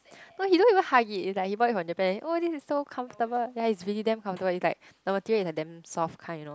no he don't even hug it it's like he bought it from Japan oh this is so comfortable ya it's really damn comfortable it's like the material is like damn soft kind you know